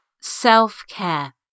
self-care